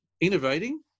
innovating